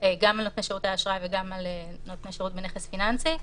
על נותני שירותי אשראי וגם על נותני שירות בנכס פיננסי.